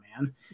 man